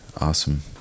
awesome